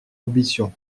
ambitions